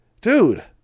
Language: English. dude